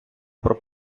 про